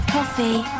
Coffee